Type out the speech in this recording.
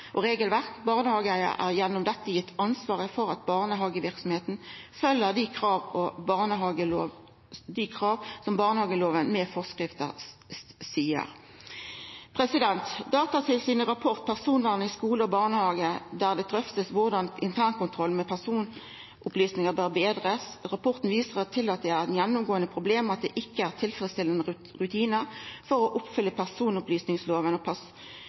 og regelverk. Barnehageeigar er gjennom dette gitt ansvaret for at barnehageverksemda følgjer dei krava som barnehageloven med forskrifter seier. I Datatilsynets rapport Personvern i skole og barnehage blir det drøfta korleis internkontroll med personopplysningar bør betrast. Rapporten viser til at det er eit gjennomgåande problem at det ikkje er tilfredsstillande rutinar for å oppfylla personopplysningsloven og